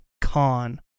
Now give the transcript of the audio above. con